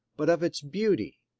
but of its beauty,